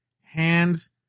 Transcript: hands